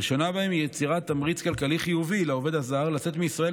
הראשונה בהן היא יצירת תמריץ כלכלי חיובי לעובד הזר לצאת מישראל